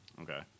Okay